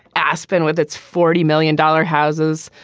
aspen with its forty million dollars houses.